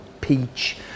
peach